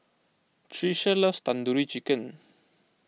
Tricia loves Tandoori Chicken